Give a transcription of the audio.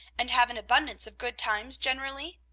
and have an abundance of good times generally?